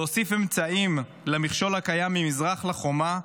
להוסיף אמצעים למכשול הקיים ממזרח לחומה,